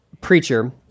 preacher